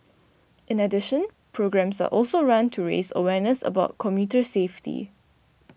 in addition programmes are also run to raise awareness about commuter safety